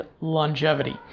Longevity